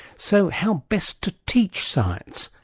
so how best to teach science?